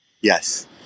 Yes